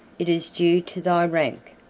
it is due to thy rank,